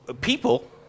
people